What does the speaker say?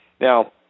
Now